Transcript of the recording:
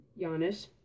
Giannis